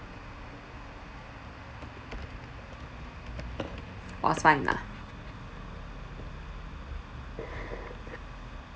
was fine lah